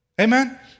Amen